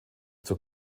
zur